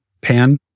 pan